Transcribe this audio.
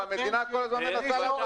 המדינה מנסה כל הזמן לעזור להם.